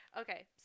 Okay